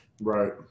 Right